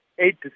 Eight